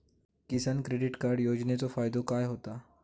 किसान credit card योजनेचो फायदो काय होता?